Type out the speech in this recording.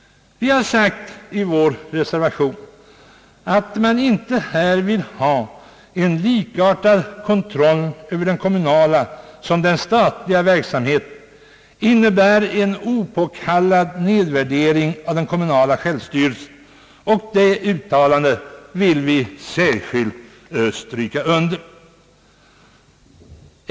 Vi har i vår reservation sagt att den uppfattningen, att man inte vill ha en likartad kontroll över den kommunala och den statliga verksamheten, innebär en opåkallad nedvärdering av den kommunala självstyrelsen. Det uttalandet vill vi särskilt stryka under.